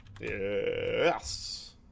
Yes